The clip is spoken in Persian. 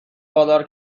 وادار